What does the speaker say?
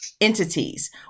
entities